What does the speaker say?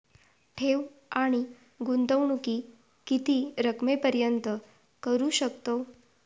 ठेव आणि गुंतवणूकी किती रकमेपर्यंत करू शकतव?